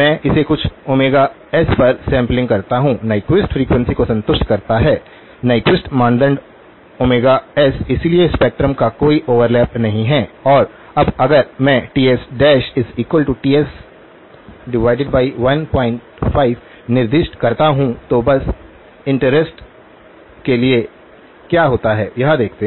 मैं इसे कुछ ओमेगा एस पर सैंपलिंग करता हूं नीक्वीस्ट फ्रीक्वेंसी को संतुष्ट करता है नीक्वीस्ट मानदंड ओमेगा एस इसलिए स्पेक्ट्रम का कोई ओवरलैप नहीं है और अब अगर मैं TsTs15 निर्दिष्ट करता हूं तो बस इंटरेस्ट के लिए क्या होता है यह देखते हैं